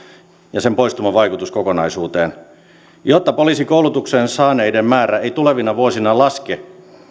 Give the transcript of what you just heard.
ja muun poistuman vaikutus kokonaisuuteen jotta poliisikoulutuksen saaneiden määrä ei tulevina vuosina laske